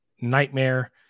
nightmare